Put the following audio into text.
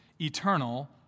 eternal